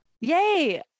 Yay